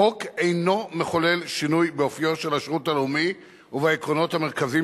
החוק אינו מחולל שינוי באופיו של השירות הלאומי ובעקרונות המרכזיים